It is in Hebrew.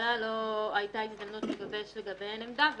ולממשלה לא הייתה הזדמנות לגבש לגביהן עמדה.